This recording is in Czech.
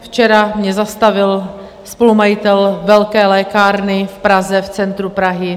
Včera mě zastavil spolumajitel velké lékárny v Praze, v centru Prahy.